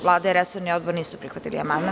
Vlada i resorni odbor nisu prihvatili amandman.